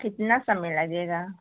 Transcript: कितना समय लगेगा